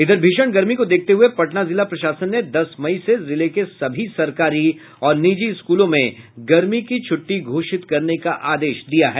इधर भीषण गर्मी को देखते हुये पटना जिला प्रशासन ने दस मई से जिले के सभी सरकारी और निजी स्कूलों में गर्मी की छुट्टी घोषित करने का आदेश दिया है